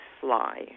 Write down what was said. fly